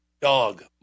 dog